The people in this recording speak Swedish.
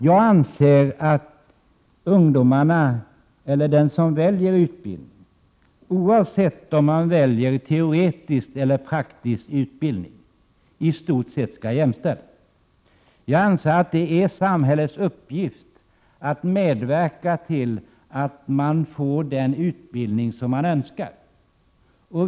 Jag anser att de som väljer en utbildning, oavsett om de väljer teoretisk eller praktisk utbildning, i stort sett skall jämställas. Jag anser att det är samhällets uppgift att medverka till att ungdomar får den utbildning som de önskar.